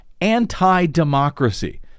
anti-democracy